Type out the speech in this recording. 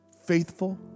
faithful